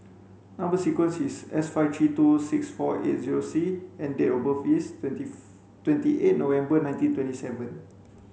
number sequence is S five three two six four eight zero C and date of birth is twenty twenty eight November nineteen twenty seven